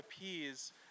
appears